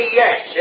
yes